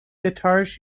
guitars